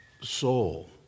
soul